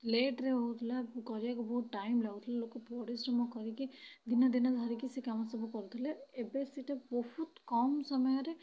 ଲେଟ୍ରେ ହେଉଥିଲା କରିବାକୁ ବହୁତ ଟାଇମ୍ ଲାଗୁଥିଲା ଲୋକ ପରିଶ୍ରମ କରିକି ଦିନ ଦିନ ଧରିକି ସେ କାମ ସବୁ କରୁଥିଲେ ଏବେ ସେଟା ବହୁତ କମ ସମୟରେ